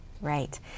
right